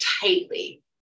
tightly